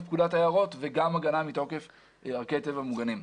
פקודת היערות וגם הגנה מתוקף ערכי טבע מוגנים.